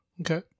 Okay